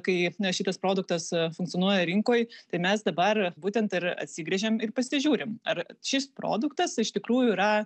kai šitas produktas funkcionuoja rinkoj tai mes dabar būtent ir atsigręžėm ir pasižiūrim ar šis produktas iš tikrųjų yra